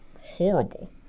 horrible